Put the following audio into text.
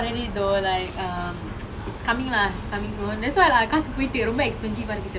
oh my god same but it's so expensive why does everything need money